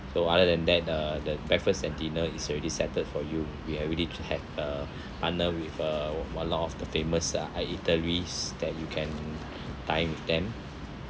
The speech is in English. so other than that the the breakfast and dinner is already settled for you we already to have uh partnered with uh one of the famous ah eateries that you can dine with them